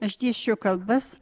aš dėsčiau kalbas